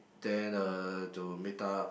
then uh to meet up